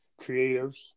creatives